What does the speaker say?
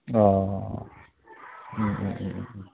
अ